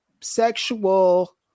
sexual